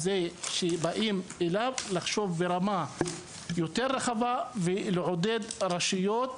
לחשוב ברמה יותר רחבה ולעודד רשויות